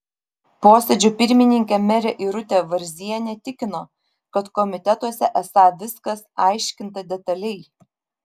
posėdžio pirmininkė merė irutė varzienė tikino kad komitetuose esą viskas aiškinta detaliai